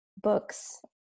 books